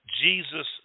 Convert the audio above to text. Jesus